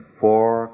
four